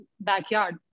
backyard